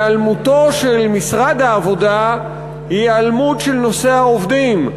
והיעלמותו של משרד העבודה היא היעלמות של נושא העובדים,